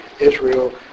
Israel